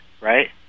right